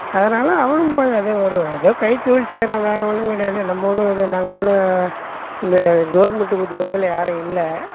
அதனால் அவனும் போய் அது ஒரு ஏதோ கைத்தொழில் செய்கிறான் வேறு ஒன்றும் கிடையாது நம்மளும் இது நாங்கள் ஒன்றும் இந்த கவர்ன்மெண்டு உத்தியோகத்தில் யாரும் இல்லை